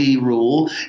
rule